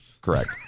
Correct